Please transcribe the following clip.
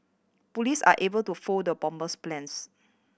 police are able to foil the bomber's plans